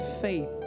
faith